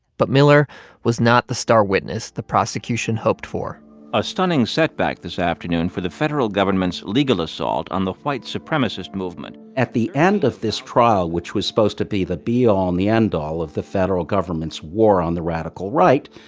but miller was not the star witness the prosecution hoped for a stunning setback this afternoon for the federal government's legal assault on the white supremacist movement at the end of this trial, which was supposed to be the be-all and the end-all of the federal government's war on the radical right,